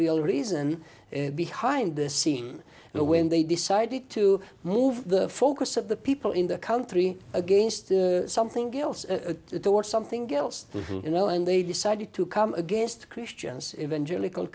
real reason behind the scene when they decided to move the focus of the people in the country against something else a that or something else you know and they decided to come against christians eventually called